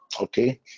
Okay